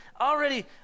already